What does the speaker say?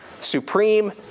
supreme